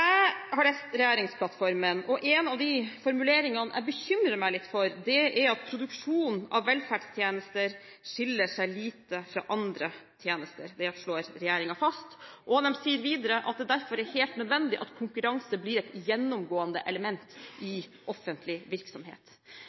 har lest regjeringsplattformen, og en av de formuleringene jeg bekymrer meg litt for, er at «produksjon av velferdstjenester skiller seg lite fra andre tjenester». Det slår regjeringen fast. De sier videre at det derfor er «helt nødvendig at konkurranse blir et gjennomgående element i offentlig virksomhet».